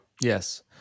Yes